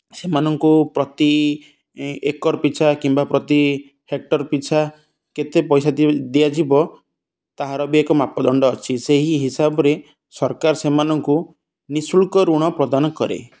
ସେମାନଙ୍କୁ ପ୍ରତି ଏକର୍ ପିଛା କିମ୍ବା ପ୍ରତି ହେକ୍ଟର୍ ପିଛା କେତେ ପଇସା ଦିଆଯିବ ତାହାର ବି ଏକ ମାପଦଣ୍ଡ ଅଛି ସେହି ହିସାବରେ ସରକାର ସେମାନଙ୍କୁ ନିଃଶୁଳ୍କ ଋଣ ପ୍ରଦାନ କରେ